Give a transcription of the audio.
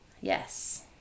yes